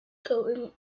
going